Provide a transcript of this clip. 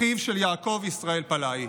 אחיו של יעקב ישראל פאלי,